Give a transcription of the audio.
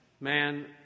Man